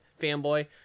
fanboy